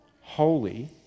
holy